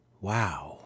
wow